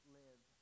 live